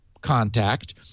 contact